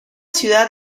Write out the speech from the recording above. ciudad